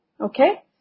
Okay